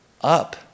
up